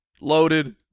loaded